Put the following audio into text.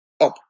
up